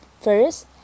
First